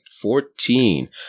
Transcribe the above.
Fourteen